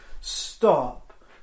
Stop